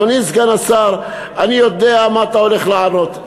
אדוני סגן השר, אני יודע מה אתה הולך לענות.